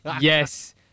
Yes